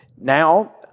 Now